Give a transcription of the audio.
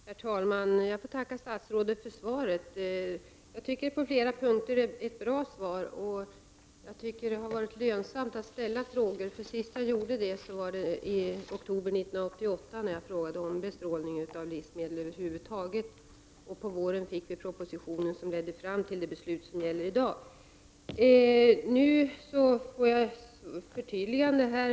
Herr talman! Jag får tacka statsrådet för svaret. Jag tycker att det när det gäller flera punkter var ett bra svar. Det har lönat sig att ställa frågor i detta ämne. Senast gjorde jag det i oktober 1988 när jag frågade om bestrålning av livsmedel över huvud taget. På våren kom sedan den proposition som ledde fram till det beslut som gäller i dag. Nu får jag förtydliganden här.